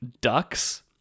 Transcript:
ducks